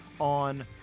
on